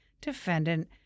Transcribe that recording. defendant